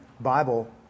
Bible